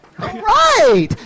Right